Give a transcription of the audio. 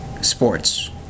sports